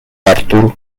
artur